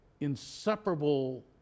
inseparable